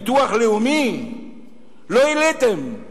אבל את מה שמגיע להם מהביטוח הלאומי לא העליתם.